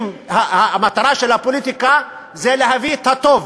המטרה של הפוליטיקה זה להביא את הטוב.